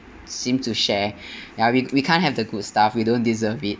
seem to share ya we we can't have the good stuff we don't deserve it